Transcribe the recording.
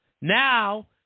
Now